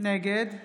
נגד